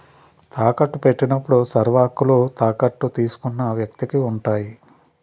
తాకట్టు పెట్టినప్పుడు సర్వహక్కులు తాకట్టు తీసుకున్న వ్యక్తికి ఉంటాయి